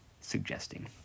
suggesting